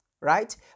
right